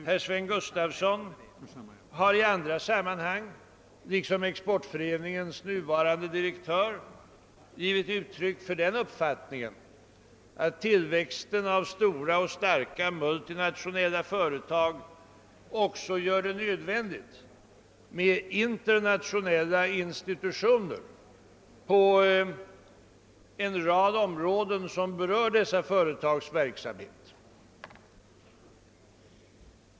Herr Sven Gustafson har i andra sammanhang liksom Exportföreningens nuvarande direktör givit uttryck för den uppfattningen att tillväxten av stora och starka multinationella företag gör det nödvändigt med internationella institutioner på en rad områden som berör dessa företags verksamhet.